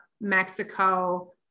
Mexico